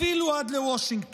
אפילו עד לוושינגטון.